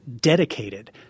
dedicated